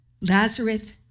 lazarus